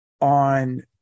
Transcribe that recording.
on